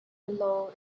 below